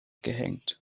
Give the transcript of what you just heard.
gehängt